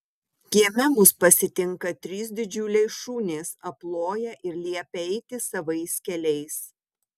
kieme mus pasitinka trys didžiuliai šunys aploja ir liepia eiti savais keliais